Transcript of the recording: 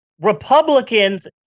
Republicans